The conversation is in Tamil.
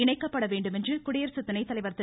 இணைக்கப்பட வேண்டும் என்று குடியரசு துணைத்தலைவர் திரு